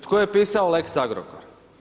Tko je pisao lex Agrokor?